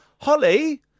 Holly